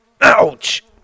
Ouch